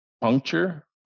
puncture